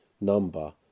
number